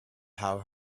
power